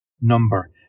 number